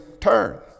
turn